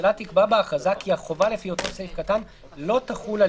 הממשלה תקבע בהכרזה כי החובה לפי אותו סעיף קטן לא תחול על